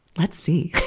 let's see!